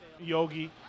Yogi